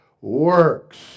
works